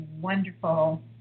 wonderful